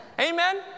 Amen